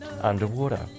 underwater